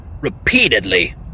repeatedly